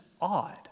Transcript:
odd